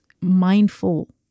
mindful